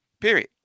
Period